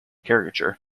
caricature